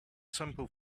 simple